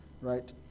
right